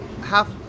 half